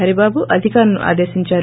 హరిబాబు అధికారులను ఆదేశించారు